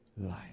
life